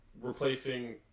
replacing